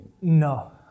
no